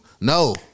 no